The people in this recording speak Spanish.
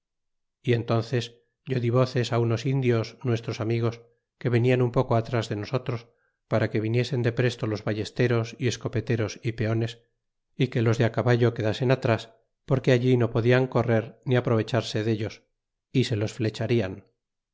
y en tónces yo df voces unos indiosi nuestres amiges que venian un poco atras de nosotros para que viniesen depresto los ballesteros y escopeteros y peones y que los de caballo quedasen atras porque allí no podian correr ni aprovecharse dellos y se los flecharian